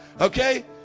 okay